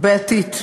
בעייתית.